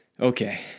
Okay